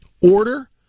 order